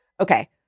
okay